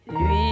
lui